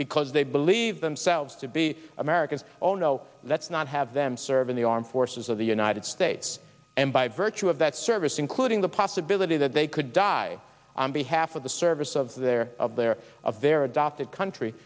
because they believe themselves to be americans oh no that's not have them serve the armed forces of the united states and by virtue of that service including the possibility that they could die on behalf of the service of their of their of their adopted country